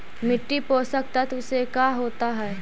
मिट्टी पोषक तत्त्व से का होता है?